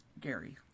Gary